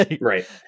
right